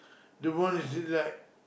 the one is it like